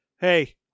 hey